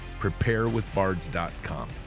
Preparewithbards.com